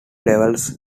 levels